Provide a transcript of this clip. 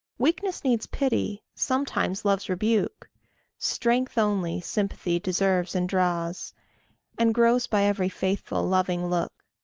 weakness needs pity, sometimes love's rebuke strength only sympathy deserves and draws and grows by every faithful loving look.